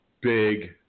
big